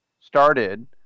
started